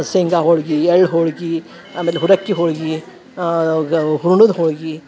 ಶೇಂಗಾ ಹೋಳ್ಗೆ ಎಳ್ಳು ಹೋಳ್ಗೆ ಆಮೇಲೆ ಹುರಕ್ಕಿ ಹೋಳ್ಗೆ ಹೂರ್ಣದ ಹೋಳ್ಗೆ